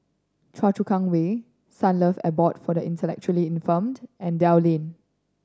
Choa Chu Kang Way Sunlove Abode for the Intellectually Infirmed and Dell Lane